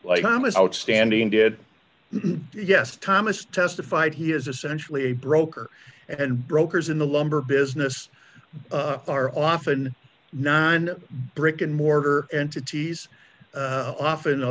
imus outstanding did not yes thomas testified he is essentially a broker and brokers in the lumber business are often nine brick and mortar entities often a